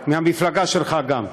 גם מהמפלגה שלך, גם.